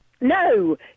No